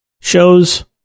shows